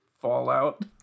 Fallout